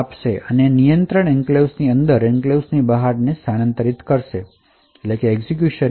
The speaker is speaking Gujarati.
અને તે કંટ્રોલને એન્ક્લેવ્સ ની અંદરથી એન્ક્લેવ્સ ની બહાર સ્થાનાંતરિત કરશે